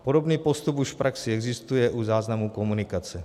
Podobný postup už v praxi existuje u záznamu komunikace.